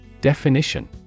Definition